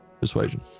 Persuasion